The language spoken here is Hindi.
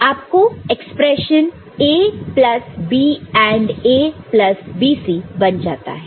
तो आपका expression A plus B AND A plus BC बन जाता है